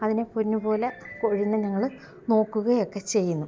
അതിനെ പൊന്നു പോലെ കോഴീനെ ഞങ്ങൾ നോക്കുകയൊക്കെ ചെയ്യുന്നു